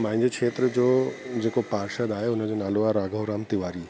मुंहिंजे क्षेत्र जो जेको पार्षद आहे उन जो नालो आहे राघव राम तिवारी